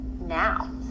Now